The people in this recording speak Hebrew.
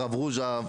הרב רוז'ה,